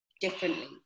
differently